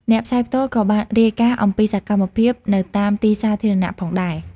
អ្នកផ្សាយផ្ទាល់ក៏បានរាយការណ៍អំពីសកម្មភាពនៅតាមទីសាធារណៈផងដែរ។